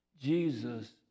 Jesus